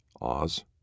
Oz